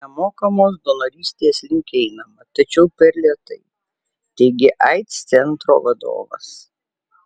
nemokamos donorystės link einama tačiau per lėtai teigė aids centro vadovas